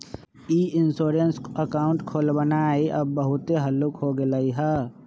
ई insurance account खोलबनाइ अब बहुते हल्लुक हो गेलइ ह